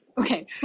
okay